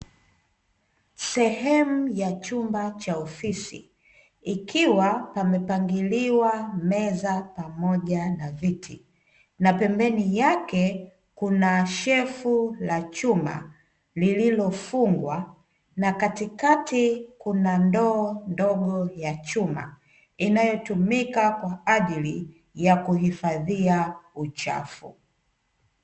Sehemu ya chumba cha ofisi ikiwa pamepangiliwa meza pamoja na viti, na pembeni yake kuna shelfu la chuma lililofungwa, na katikati kuna ndoo ndogo ya chuma inayotumika kwa ajili ya kuhifadhia uchafu.